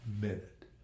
minute